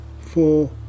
four